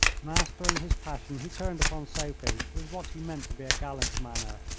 mastering his passion, he turned upon sophie with what he meant to be a gallant manner.